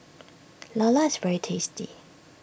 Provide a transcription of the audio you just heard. Lala is very tasty